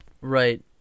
Right